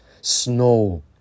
Snow